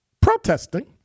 protesting